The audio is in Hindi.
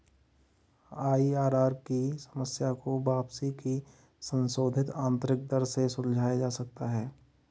आई.आर.आर की समस्या को वापसी की संशोधित आंतरिक दर से सुलझाया जा सकता है